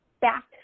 back